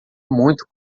muito